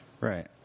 Right